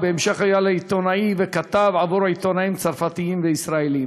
ובהמשך היה לעיתונאי וכתב עבור עיתונים צרפתיים וישראליים.